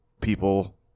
people